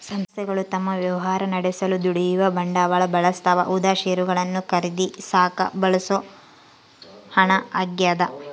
ಸಂಸ್ಥೆಗಳು ತಮ್ಮ ವ್ಯವಹಾರ ನಡೆಸಲು ದುಡಿಯುವ ಬಂಡವಾಳ ಬಳಸ್ತವ ಉದಾ ಷೇರುಗಳನ್ನು ಖರೀದಿಸಾಕ ಬಳಸೋ ಹಣ ಆಗ್ಯದ